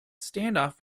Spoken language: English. standoff